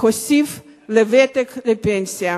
להוסיף לוותק לפנסיה.